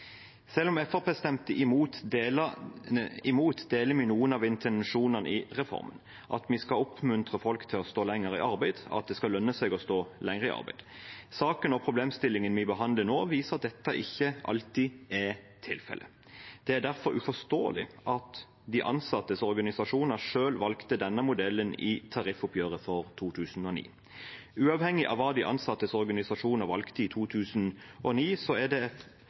Selv om Fremskrittspartiet stemte imot, deler vi noen av intensjonene i reformen: at vi skal oppmuntre folk til å stå lenger i arbeid, og at det skal lønne seg å stå lenger i arbeid. Saken og problemstillingen vi behandler nå, viser at dette ikke alltid er tilfellet. Det er derfor uforståelig at de ansattes organisasjoner selv valgte denne modellen i tariffoppgjøret for 2009. Uavhengig av hva de ansattes organisasjoner valgte i 2009, er Fremskrittspartiet mer opptatt av enkeltindivider enn av systemet. Her er det